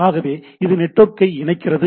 ஆகவே இது நெட்வொர்க்கை இணைக்கிறது